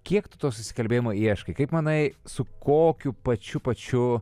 kiek tu to susikalbėjimo ieškai kaip manai su kokiu pačiu pačiu